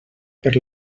per